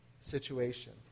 situation